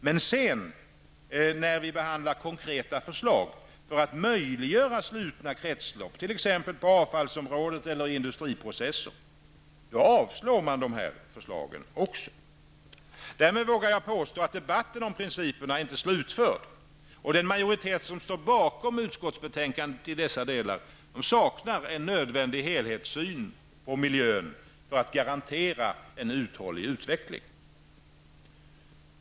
Men sedan, då vi behandlar konkreta förslag för att möjliggöra slutna kretslopp på avfallsområdet eller i industriprocesser, då blir även dessa förslag avslagna. Därmed vågar jag påstå att debatten om principerna inte är slutförd, och den majoritet som står bakom utskottsbetänkandet i dessa delar saknar en nödvändig helhetssyn på miljön för att garantera en uthållig utveckling.